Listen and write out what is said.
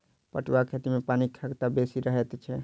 पटुआक खेती मे पानिक खगता बेसी रहैत छै